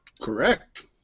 Correct